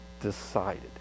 decided